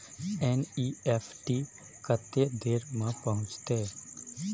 NEFT कत्ते देर में पहुंचतै?